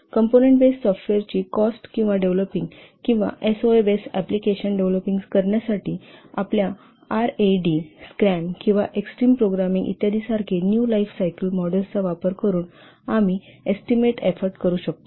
component base सॉफ्टवेअरची cost किंवा developing किंवा एसओए बेस एप्लिकेशन डेव्हलप करण्यासाठी आपल्या आरएडी स्क्रॅम किंवा एक्सट्रीम प्रोग्रामिंग इत्यादिसारखे न्यू लाईफ सायकल मॉडेल्स चा वापर करून आम्ही एफोर्ट एस्टीमेट करू शकतो